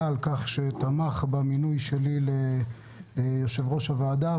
על כך שתמך במינוי שלי ליושב-ראש הוועדה,